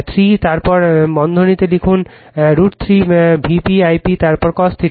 3 তারপর বন্ধনীতে লিখুন √ 3 কি কল Vp I p তারপর cos θ